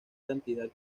cantidad